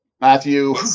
Matthew